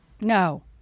No